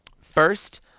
first